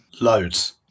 loads